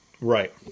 Right